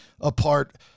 apart